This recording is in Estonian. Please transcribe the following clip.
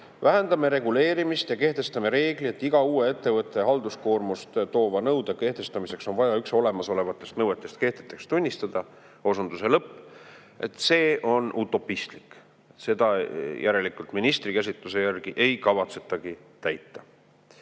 "vähendame reguleerimist ja kehtestame reegli, et iga uue ettevõtte halduskoormust toova nõude kehtestamiseks on vaja üks olemasolevatest nõuetest kehtetuks tunnistada." See on utopistlik, seda järelikult ministri käsitluse järgi ei kavatsetagi täita.